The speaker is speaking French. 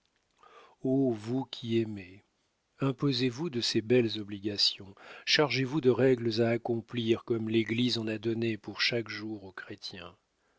vous qui aimez imposez vous de ces belles obligations chargez-vous de règles à accomplir comme l'église en a donné pour chaque jour aux chrétiens